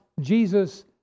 Jesus